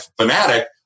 fanatic